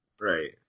Right